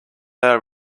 our